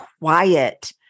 quiet